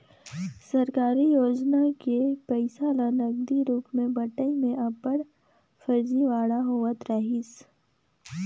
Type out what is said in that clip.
सरकारी योजना के पइसा ल नगदी रूप में बंटई में अब्बड़ फरजीवाड़ा होवत रहिस